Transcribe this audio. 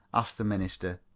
asked the minister.